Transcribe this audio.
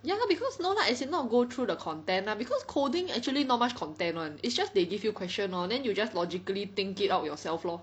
ya lah cause no lah as in not go through the content lah cause coding actually not much content one it's just they give you question lor then you just logically think it out yourself lor